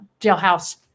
jailhouse